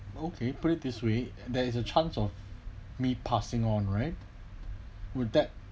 okay put it this way there is a chance of me passing on right would that